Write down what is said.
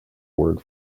word